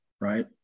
right